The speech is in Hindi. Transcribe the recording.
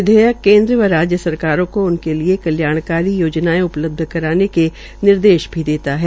विधेयक केन्द्र व राज्य सरकारों को उनके लिये कल्याणकारी योजनायें उपलब्ध कराने के निर्देश भी देता है